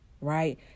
right